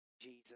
Jesus